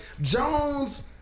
Jones